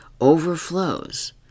overflows